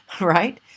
right